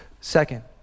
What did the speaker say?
second